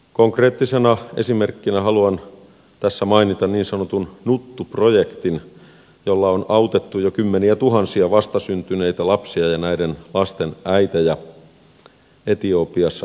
konkreettisena esimerkkinä haluan tässä mainita niin sanotun nuttuprojektin jolla on autettu jo kymmeniätuhansia vastasyntyneitä lapsia ja näiden lasten äitejä etiopiassa